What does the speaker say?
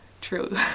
true